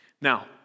Now